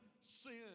sin